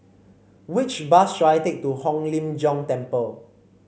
which bus should I take to Hong Lim Jiong Temple